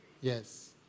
Yes